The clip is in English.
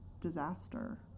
disaster